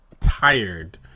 tired